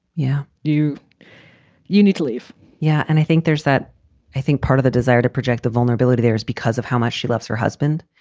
yeah, you you need to leave yeah. and i think there's that i think part of the desire to project the vulnerability there is because of how much she loves her husband.